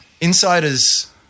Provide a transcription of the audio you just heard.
insiders